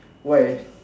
why